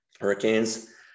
Hurricanes